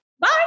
bye